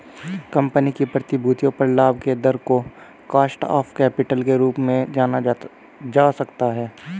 company की प्रतिभूतियों पर लाभ के दर को कॉस्ट ऑफ कैपिटल के रूप में समझा जा सकता है